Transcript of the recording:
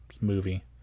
movie